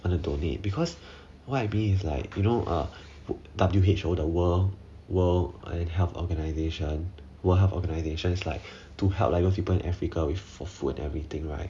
donate because what I believe is is like you know uh W_H_O the world world health organization world health organization is like to help like those people in africa with food food everything right